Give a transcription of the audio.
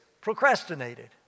procrastinated